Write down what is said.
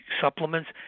supplements